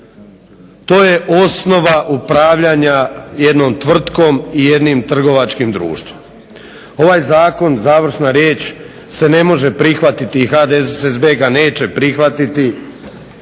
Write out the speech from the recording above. To je osnova upravljanja jednom tvrtkom i jednim trgovačkim društvom. Ovaj zakon, završna riječ, se ne može prihvatiti i HDSSB ga neće prihvatiti